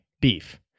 Beef